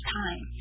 time